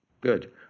good